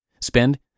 Spend